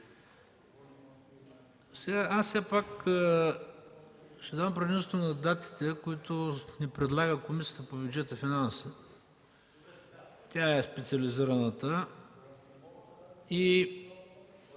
Аз ще дам предимство на датите, които предлага Комисията по бюджет и финанси, тя е специализираната.